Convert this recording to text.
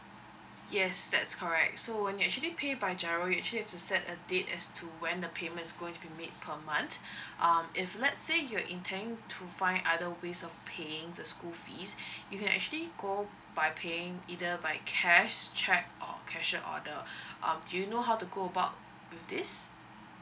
yes that's correct so you actually pay by G_I_R_O you actually have to set a date as to when the payments going to be made per month um if let's say you're intending to find other ways of paying the school fees you can actually go by paying either by cash check or cashier order um do you know how to go about with this